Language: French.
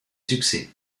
succès